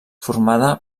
formada